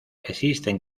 existen